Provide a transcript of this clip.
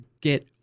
get